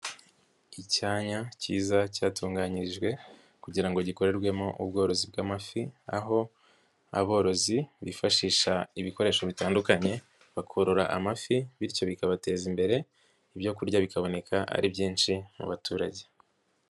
Icyanya kiza cyatunganyirijwe kugira ngo gikorerwemo ubworozi bw'amafi, aho aborozi bifashisha ibikoresho bitandukanye, bakorora amafi bityo bikabateza imbere, ibyo kurya bikaboneka ari byinshi mu baturage.